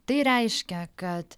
tai reiškia kad